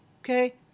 Okay